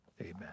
Amen